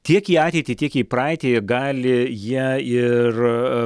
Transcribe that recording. tiek į ateitį tiek į praeitį gali jie ir